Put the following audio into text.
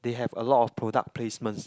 they have a lot of product placement